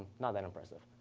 not that impressive.